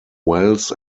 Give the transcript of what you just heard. wells